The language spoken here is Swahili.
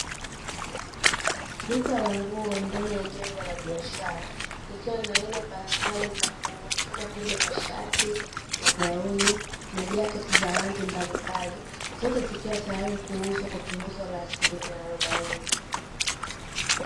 Duka la nguo ndani ya jengo la biashara, likiwa na aina mbalimbali za nguo, kama vile: mashati, magauni na jaketi za rangi mbalimbali; zote zikiwa tayari kuuzwa kwa punguzo la asilimia arobaini.